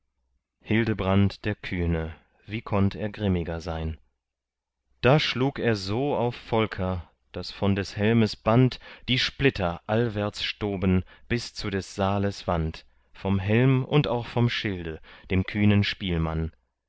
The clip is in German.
hildebrand der kühne wie konnt er grimmiger sein da schlug er so auf volker daß von des helmes band die splitter allwärts stoben bis zu des saales wand vom helm und auch vom schilde dem kühnen spielmann